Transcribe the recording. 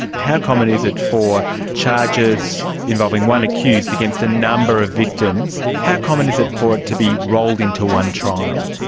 how common is it for charges involving one accused against a number of victims, how common is it for it to be rolled into one trial?